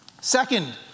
Second